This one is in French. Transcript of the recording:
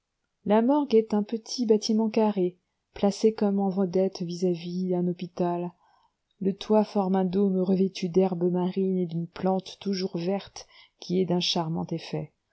la morgue est un petit bâtiment carré placé comme en vedette vis-à-vis un hôpital le toit forme un dôme revêtu d'herbes marines et d'une plante toujours verte qui est d'un charmant effet